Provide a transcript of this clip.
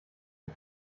ich